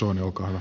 olkaa hyvä